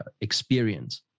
experience